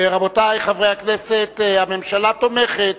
רבותי חברי הכנסת, הממשלה תומכת